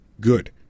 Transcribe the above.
Good